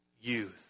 youth